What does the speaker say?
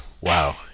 wow